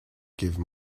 give